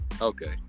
okay